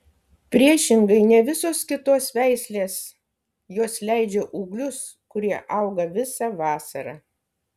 priešingai nei visos kitos veislės jos leidžia ūglius kurie auga visą vasarą